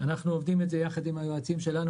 אנחנו לומדים את זה ביחד עם היועצים שלנו